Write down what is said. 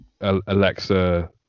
Alexa